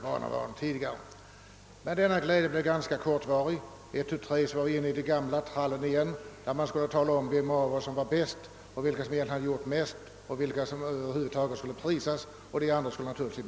Men glädjen blev ganska kortvarig: ett tu tre var man inne i den gamla trallen igen och talade om vem som var bäst, vem som hade gjort mest och vilka som skulle prisas.